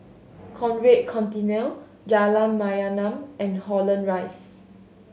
Conrad Centennial Jalan Mayaanam and Holland Rise